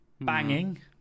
banging